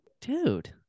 Dude